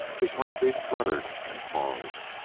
his heartbeat fluttered and paused.